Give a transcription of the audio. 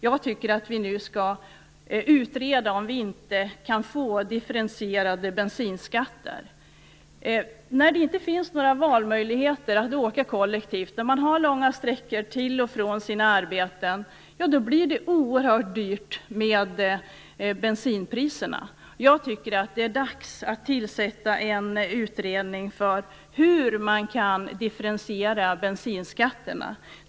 Jag tycker att vi skall utreda om vi inte kan få differentierade bensinskatter. När det inte finns några valmöjligheter att åka kollektivt och man har långa sträckor till och från sina arbeten blir det oerhört dyrt med bensinpriserna. Det är dags att tillsätta en utredning om hur man kan differentiera bensinskatterna.